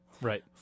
Right